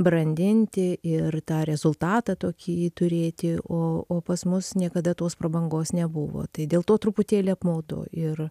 brandinti ir tą rezultatą tokį turėti o o pas mus niekada tos prabangos nebuvo tai dėl to truputėlį apmaudu ir